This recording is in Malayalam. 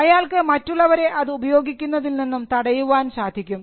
അയാൾക്ക് മറ്റുള്ളവരെ അത് ഉപയോഗിക്കുന്നതിൽ നിന്നും തടയുവാൻ സാധിക്കും